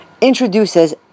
introduces